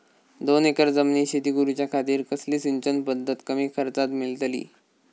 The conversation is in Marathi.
दोन एकर जमिनीत शेती करूच्या खातीर कसली सिंचन पध्दत कमी खर्चात मेलतली?